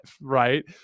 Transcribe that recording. right